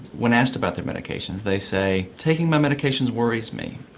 when asked about their medications they say, taking my medications worries me,